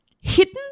hidden